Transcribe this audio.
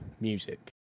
music